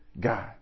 God